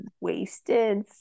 wasted